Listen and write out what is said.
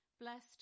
Blessed